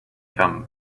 come